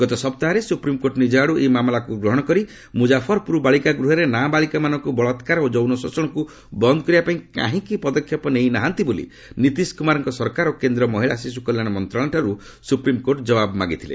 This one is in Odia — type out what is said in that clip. ଗତ ସପ୍ତାହରେ ସୁପ୍ରିମ୍କୋର୍ଟ ନିଜ ଆଡୁ ଏହି ମାମଲାକୁ ଗ୍ରହଣ କରି ମୁକାଫରପୁର ବାଳିକା ଗୃହରେ ନାବାଳିକାମାନଙ୍କୁ ବଳାତ୍କାର ଓ ଯୌନ ଶୋଷଣକୁ ବନ୍ଦ କରିବା ପାଇଁ କାହିଁକି ପଦକ୍ଷେପ ନେଇ ନାହାନ୍ତି ବୋଲି ନିତିଶ କୁମାରଙ୍କ ସରକାର ଓ କେନ୍ଦ୍ର ମହିଳା ଶିଶୁ କଲ୍ୟାଣ ମନ୍ତ୍ରଣାଳୟଠାର୍ଚ ଜବାବ ମାଗିଥିଲେ